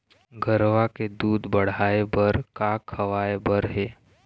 गरवा के दूध बढ़ाये बर का खवाए बर हे?